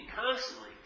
constantly